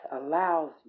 allows